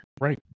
Right